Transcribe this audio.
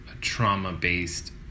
trauma-based